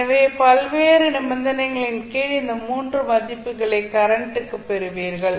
எனவே பல்வேறு நிபந்தனைகளின் கீழ் இந்த 3 மதிப்புகளை கரண்ட் க்கு பெறுவீர்கள்